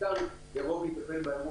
באירוע.